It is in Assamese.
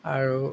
আৰু